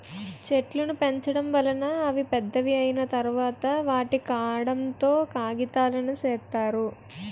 చెట్లును పెంచడం వలన అవి పెద్దవి అయ్యిన తరువాత, వాటి కాండం తో కాగితాలును సేత్తారు